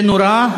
זה נורא.